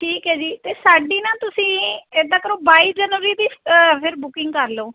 ਠੀਕ ਹੈ ਜੀ ਅਤੇ ਸਾਡੀ ਨਾ ਤੁਸੀਂ ਇੱਦਾਂ ਕਰੋ ਬਾਈ ਜਨਵਰੀ ਦੀ ਫਿਰ ਬੁਕਿੰਗ ਕਰ ਲਓ